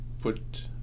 put